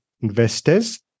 investors